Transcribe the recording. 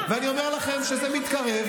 ואני אומר לכם שזה מתקרב.